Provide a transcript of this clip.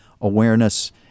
Awareness